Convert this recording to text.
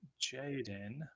Jaden